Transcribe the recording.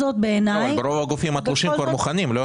ברוב הגופים התלושים כבר מוכנים.